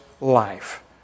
life